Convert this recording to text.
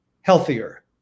healthier